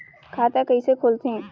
खाता कइसे खोलथें?